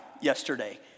yesterday